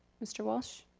mr. walsh?